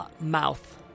mouth